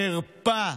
חרפה,